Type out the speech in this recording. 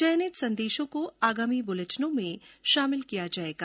चयनित संदेशों को आगामी बुलेटिनों में शामिल किया जाएगा